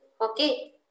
okay